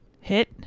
hit